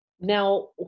Now